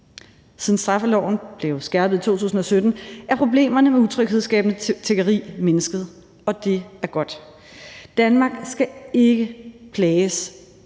Siden straffeloven blev skærpet i 2017, er problemerne med utryghedsskabende tiggeri mindsket, og det er godt. Danmark skal ikke plages